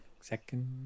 second